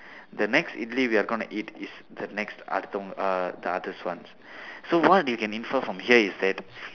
the next we are going to eat is the next அர்த்தம்:arththam uh the one so what you can infer from here is that